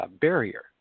barrier